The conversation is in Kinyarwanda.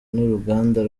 n’uruganda